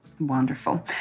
Wonderful